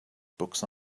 books